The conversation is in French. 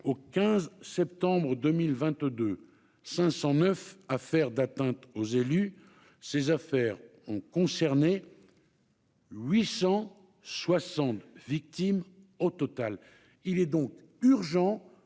au 15 septembre 2022, quelque 509 affaires d'atteinte aux élus, ces affaires ont concerné 860 victimes au total. Il est donc urgent